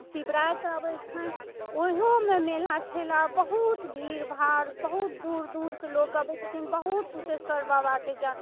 शिवराति आबै छनि ओहोमे मेला ठेला बहुत भीड़भाड़ बहुत दूर दूरसँ लोक अबै छथिन बहुत कुशेश्वर बाबाके जान